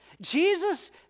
jesus